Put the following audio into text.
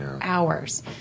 Hours